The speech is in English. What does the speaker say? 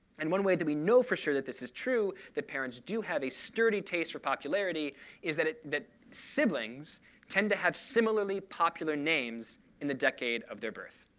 and one way that we know for sure that this is true that parents do have a sturdy taste for popularity is that that siblings tend to have similarly popular names in the decade of their birth.